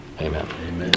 amen